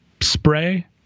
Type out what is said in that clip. spray